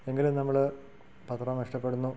എങ്കിലും നമ്മൾ പത്രം ഇഷ്ടപ്പെടുന്നു